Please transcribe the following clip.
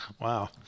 Wow